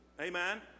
Amen